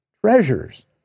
treasures